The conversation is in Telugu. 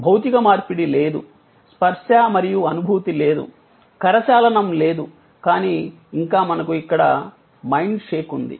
భౌతిక మార్పిడి లేదు స్పర్శ మరియు అనుభూతి లేదు కరచాలనం లేదు కానీ ఇంకా మనకు ఇక్కడ మైండ్ షేక్ ఉంది